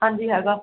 ਹਾਂਜੀ ਹੈਗਾ